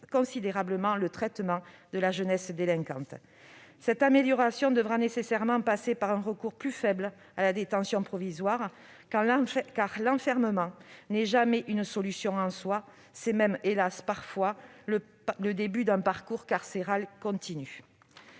considérablement le traitement de la jeunesse délinquante. Cette amélioration devra nécessairement passer par un recours plus faible à la détention provisoire, car l'enfermement n'est jamais une solution en soi. Il est même parfois, hélas ! le début d'un parcours carcéral continu.